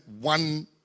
one